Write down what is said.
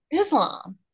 Islam